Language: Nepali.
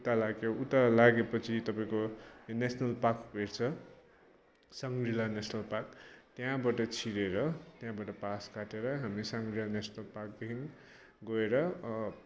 उता लाग्यौँ उता लाग्यो पछि तपाईँको नेसनल पार्क भेट्छ साङ्ग्रिला नेसनल पार्क त्यहाँबाट छिरेर त्यहाँबाट पास काटेर हामी साङ्ग्रिला नेसनल पार्कदेखि गएर